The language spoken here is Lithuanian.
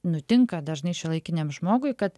nutinka dažnai šiuolaikiniam žmogui kad